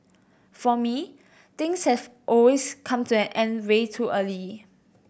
for me things have come to an end way early